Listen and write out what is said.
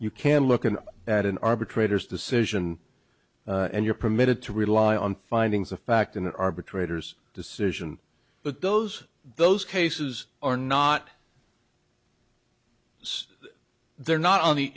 you can look in at an arbitrator's decision and you're permitted to rely on findings of fact in an arbitrator's decision but those those cases are not so they're not on the